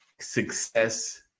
success